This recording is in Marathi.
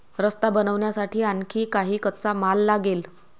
रस्ता बनवण्यासाठी आणखी काही कच्चा माल लागेल